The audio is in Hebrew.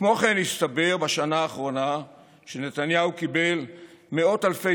כמו כן הסתבר בשנה האחרונה שנתניהו קיבל מאות אלפי